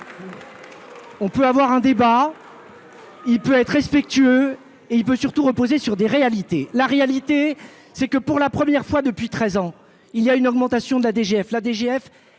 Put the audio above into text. On peut avoir un débat. Il peut être respectueux et il veut surtout reposé sur des réalités, la réalité c'est que pour la première fois depuis 13 ans, il y a une augmentation de la DGF